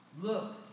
Look